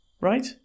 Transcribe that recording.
right